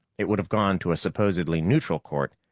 it would have gone to a supposedly neutral court.